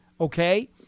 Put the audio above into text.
okay